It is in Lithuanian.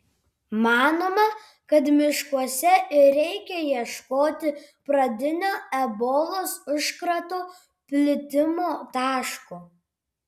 manoma kad miškuose ir reikia ieškoti pradinio ebolos užkrato plitimo taško